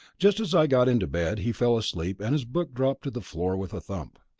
just as i got into bed he fell asleep and his book dropped to the floor with a thump.